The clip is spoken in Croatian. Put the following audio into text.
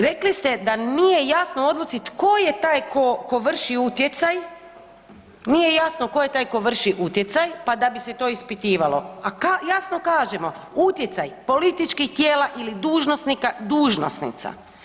Rekli ste da nije jasno u odluci tko je taj tko vrši utjecaj, nije jasno tko je taj tko vrši utjecaj pa da bi se to ispitivalo, a jasno kažemo utjecaj političkih tijela ili dužnosnika dužnosnica.